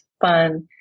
fun